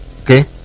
Okay